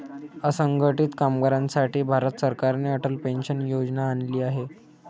असंघटित कामगारांसाठी भारत सरकारने अटल पेन्शन योजना आणली आहे